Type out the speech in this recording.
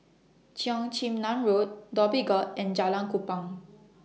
Cheong Chin Nam Road Dhoby Ghaut and Jalan Kupang